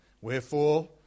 wherefore